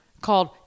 called